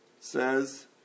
says